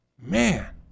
man